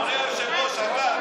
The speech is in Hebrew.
אדוני היושב-ראש אתה,